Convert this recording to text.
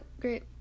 great